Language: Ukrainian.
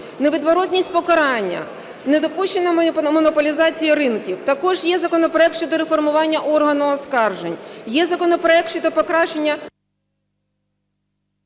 невідворотність покарання, недопущення монополізації ринків. Також є законопроект щодо реформування органу оскаржень, є законопроект щодо покращання…